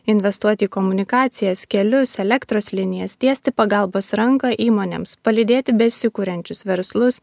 investuot į komunikacijas kelius elektros linijas tiesti pagalbos ranką įmonėms palydėti besikuriančius verslus